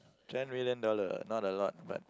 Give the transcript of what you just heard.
ten million dollar not a lot but